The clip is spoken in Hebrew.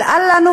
אבל אל לנו,